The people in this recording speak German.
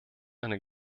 eine